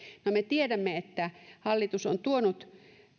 no me tiedämme että hallitus on tuonut